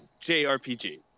JRPG